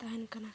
ᱛᱟᱦᱮᱱ ᱠᱟᱱᱟ